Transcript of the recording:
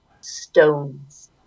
Stones